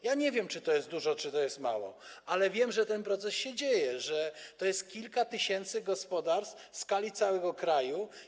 Ja nie wiem, czy to jest dużo, czy to jest mało, ale wiem, że ten proces się dzieje, że to jest kilka tysięcy gospodarstw w skali całego kraju.